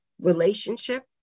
relationship